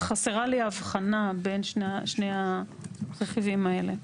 חסרה לי ההבחנה בין שני הרכיבים האלה.